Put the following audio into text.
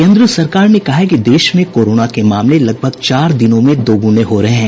केन्द्र सरकार ने कहा है कि देश में कोरोना के मामले लगभग चार दिनों में दोगुने हो रहे हैं